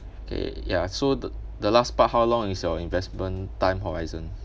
okay ya so the the last part how long is your investment time horizon